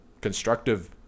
constructive